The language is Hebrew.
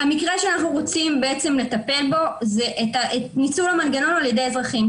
המקרה שאנחנו רוצים בעצם לטפל בו זה בניצול המנגנון על ידי אזרחים,